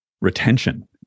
retention